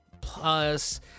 plus